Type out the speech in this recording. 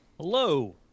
Hello